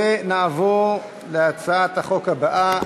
ונעבור להצעת החוק הבאה,